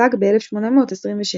הוצג ב-1826.